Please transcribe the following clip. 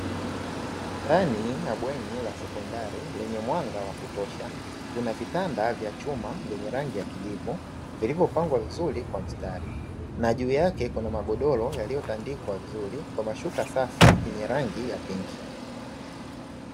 Ndani ya bweni la sekondari lenye mwanga wa kutosha, kuna vitanda vya chuma vyenye rangi ya kijivu vilivyopangwa vizuri kwa mstari. Na juu yake kuna magodoro yaliyotandikwa vizuri kwa mashuka safi yenye rangi ya pinki.